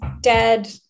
dead